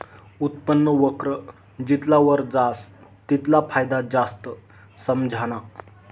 उत्पन्न वक्र जितला वर जास तितला फायदा जास्त समझाना